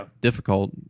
difficult